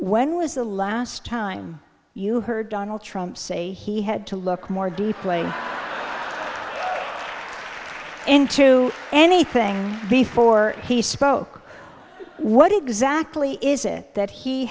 when was the last time you heard donald trump say he had to look more deeply into anything before he spoke what exactly is it that he